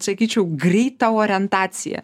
sakyčiau greitą orientaciją